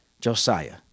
Josiah